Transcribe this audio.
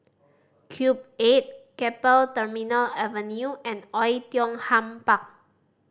Cube Eight Keppel Terminal Avenue and Oei Tiong Ham Park